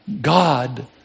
God